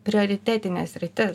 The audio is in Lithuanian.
prioritetinė sritis